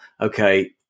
okay